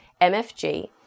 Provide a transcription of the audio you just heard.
MFG